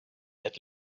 had